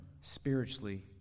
spiritually